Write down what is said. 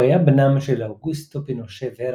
הוא היה בנם של אוגוסטו פינושה ורה,